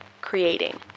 creating